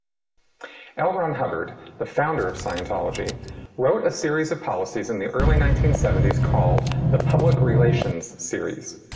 l. ron hubbard, the founder of scientology wrote a series of policies in the early nineteen seventy s called the public relation series.